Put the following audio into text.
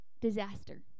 disaster